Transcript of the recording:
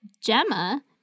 Gemma